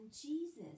Jesus